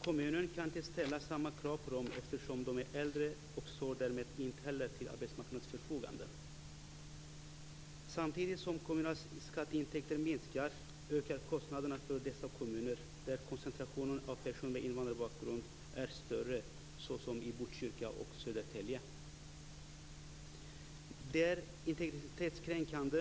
Kommunen kan inte ställa samma krav på de här människorna eftersom de är äldre och inte står till arbetsmarknadens förfogande. Samtidigt som kommunala skatteintäkter minskar ökar kostnaderna för de kommuner där koncentrationen av personer med invandrarbakgrund är större, såsom i Botkyrka och Detta är integritetskränkande.